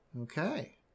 Okay